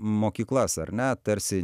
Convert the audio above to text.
mokyklas ar ne tarsi